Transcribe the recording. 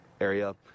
area